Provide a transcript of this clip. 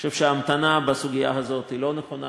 אני חושב שההמתנה בסוגיה הזאת אינה נכונה.